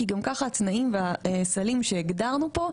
כי גם ככה התנאים והסלים שהגדרנו פה,